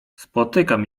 spotykam